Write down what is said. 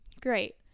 great